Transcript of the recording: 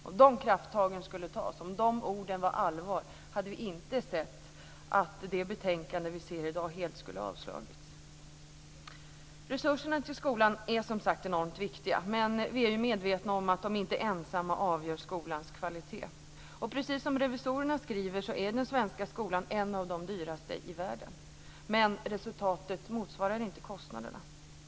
Om de krafttagen skulle tas, och om de orden var allvar, hade vi inte sett det betänkande som vi ser i dag, utan det skulle ha avslagits. Resurserna till skolan är som sagt enormt viktiga. Men vi är ju medvetna om att de inte ensamma avgör skolans kvalitet. Och precis som revisorerna skriver så är den svenska skolan en av de dyraste i världen, men resultatet motsvarar inte kostnaderna.